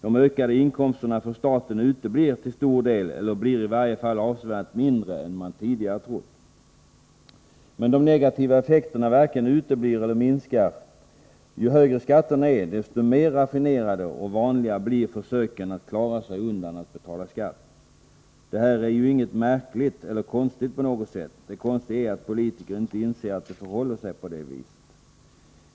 De ökade inkomsterna för staten uteblir till stor del eller blir i varje fall avsevärt mindre än man tidigare trott. Men de negativa effekterna varken uteblir eller minskar. Ju högre skatterna är, desto mer raffinerade och vanliga blir försöken att klara sig undan att betala skatt. Det här är ju inget märkligt eller konstigt på något sätt. Det konstiga är att politiker inte inser att det förhåller sig så.